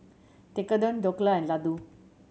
Tekkadon Dhokla and Ladoo